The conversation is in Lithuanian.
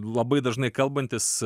labai dažnai kalbantis